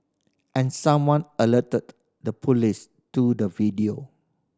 and someone alerted the police to the video